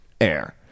air